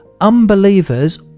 unbelievers